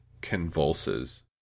convulses